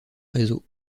réseau